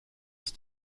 ist